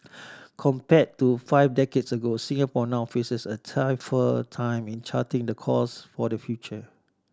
compared to five decades ago Singapore now faces a tougher time in charting the course for the future